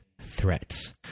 threats